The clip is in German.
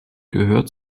gehört